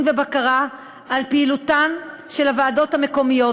ובקרה על פעילותן של הוועדות המקומיות,